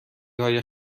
های